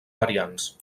variants